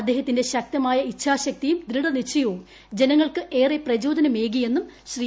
അദ്ദേഹത്തിന്റെ ശക്തമായ ഇച്ഛാശക്തിയും ദൃഡനിശ്ചയവും ജനങ്ങൾക്ക് ഏറെ പ്രചോദനമേകി എന്നും ശ്രീ